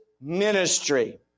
ministry